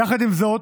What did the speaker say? יחד עם זאת,